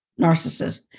narcissist